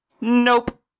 nope